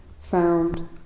found